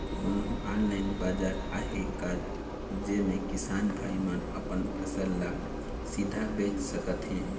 कोन्हो ऑनलाइन बाजार आहे का जेमे किसान भाई मन अपन फसल ला सीधा बेच सकथें?